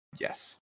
Yes